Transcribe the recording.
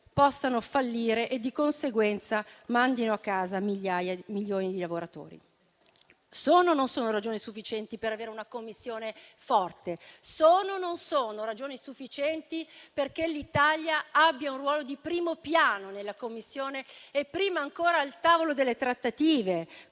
esse falliscano e, di conseguenza, mandino a casa milioni di lavoratori. Sono o non sono ragioni sufficienti per avere una Commissione forte? Sono o non sono ragioni sufficienti perché l'Italia abbia un ruolo di primo piano nella Commissione e prima ancora al tavolo delle trattative,